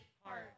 heart